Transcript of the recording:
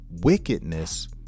Wickedness